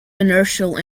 inertial